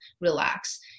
relax